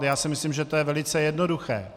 Já si myslím, že je to velice jednoduché.